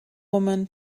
woman